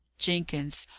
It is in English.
jenkins,